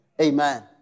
Amen